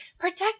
protect